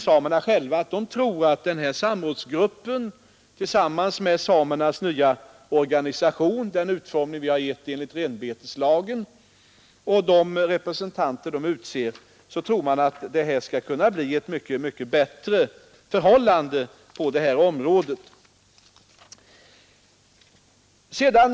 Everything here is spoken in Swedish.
Samerna själva tror att förhållandena på detta område skall bli mycket bättre genom samrådsgruppen, de representanter samerna själva utser och samernas nya organisation med den utformning som vi givit den enligt renbeteslagen.